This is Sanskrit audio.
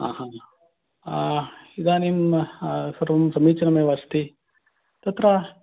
आहा इदानीं सर्वं समीचिनमेव अस्ति तत्र